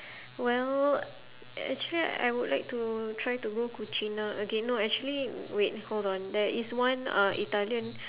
well actually I would like to try to go cucina again no actually wait hold on there is one uh italian